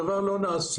הדבר לא נעשה,